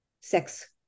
sex